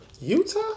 Utah